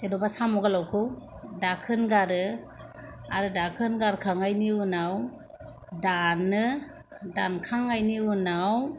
जेन'बा साम' गोलावखौ दाखोन गारो आरो दाखोन गारखांनायनि उनाव दानो दानखांनायनि उनाव